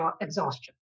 exhaustion